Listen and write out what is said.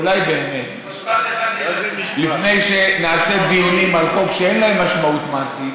אולי באמת לפני שנעשה דיונים על חוק שאין להם משמעות מעשית,